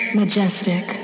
majestic